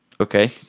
Okay